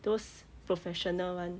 those professional [one]